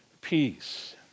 peace